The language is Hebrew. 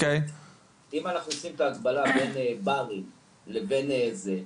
אם אנחנו עושים את ההקבלה בין ברים לבין זה,